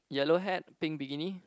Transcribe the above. yellow head pink bikini